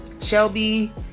shelby